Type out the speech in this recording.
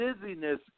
dizziness